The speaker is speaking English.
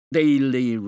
daily